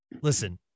listen